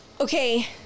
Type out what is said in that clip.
Okay